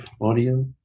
audio